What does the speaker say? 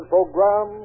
Program